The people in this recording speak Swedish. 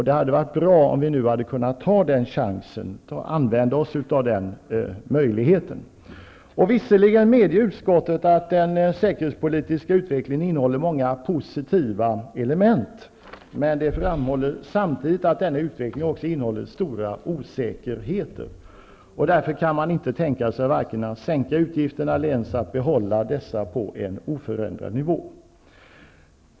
Det hade varit bra om vi nu hade kunnat ta chansen och använda oss av den möjligheten. Visserligen medger utskottet att den säkerhetspolitiska utvecklingen innehåller många positiva element, men det framhåller samtidigt att denna utveckling också innehåller stora osäkerheter. Därför kan man inte tänka sig varken att sänka militärutgifterna eller ens att behålla dessa på en oförändrad nivå.